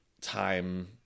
time